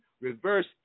reverse